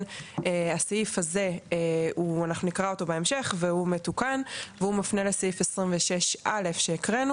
נקרא את הסעיף הזה בהמשך והוא מתוקן והוא מפנה לסעיף 26א שקראנו